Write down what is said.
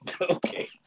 Okay